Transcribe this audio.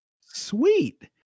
Sweet